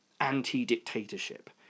anti-dictatorship